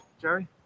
Jerry